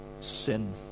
sin